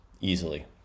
easily